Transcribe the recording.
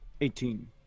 Eighteen